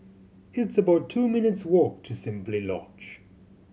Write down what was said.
it's about two minutes' walk to Simply Lodge